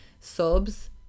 Subs